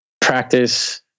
practice